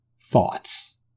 thoughts